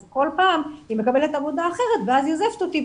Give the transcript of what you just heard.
אז כל פעם היא מקבלת עבודה אחרת ואז היא עוזבת אותי,